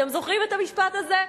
אתם זוכרים את המשפט הזה?